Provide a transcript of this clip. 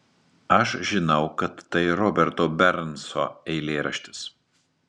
aš žinau kad tai roberto bernso eilėraštis